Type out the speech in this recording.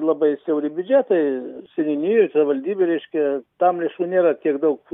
labai siauri biudžetai seniūnijoj savivaldybėj reiškia tam lėšų nėra tiek daug